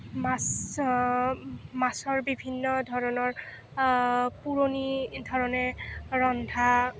মাছ মাছৰ বিভিন্ন ধৰণৰ পুৰণি ধৰণে ৰন্ধা